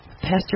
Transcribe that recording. Pastor